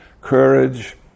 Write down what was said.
courage